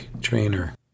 trainer